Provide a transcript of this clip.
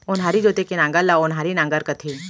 ओन्हारी जोते के नांगर ल ओन्हारी नांगर कथें